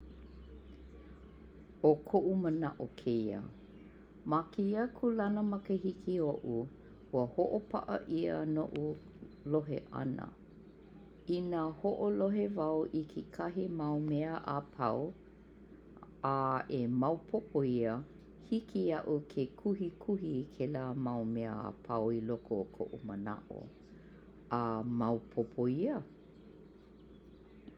'O ko'u mana'o kēia. Ma kēia kulana makahiki o'u, ua ho'opa'a 'ia no'u lohe'ana. I nā ho'olohe wau i kekahi mau mea apau a e maopopo ia, hiki ia'u e kuhikuhi i kēlā mau mea apau i loko o ko'u mana'o a maopopo ia.